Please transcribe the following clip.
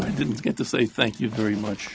i didn't get to say thank you very much